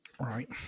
Right